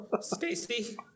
Stacy